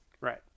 Right